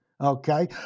okay